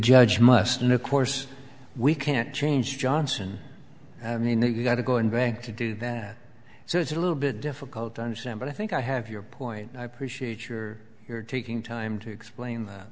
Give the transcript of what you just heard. judge must know of course we can't change johnson i mean they've got to go and bank to do that so it's a little bit difficult to understand but i think i have your point and i appreciate your you're taking time to explain th